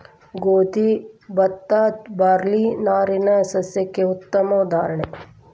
ಗೋದಿ ಬತ್ತಾ ಬಾರ್ಲಿ ನಾರಿನ ಸಸ್ಯಕ್ಕೆ ಉತ್ತಮ ಉದಾಹರಣೆ